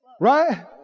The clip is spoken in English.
right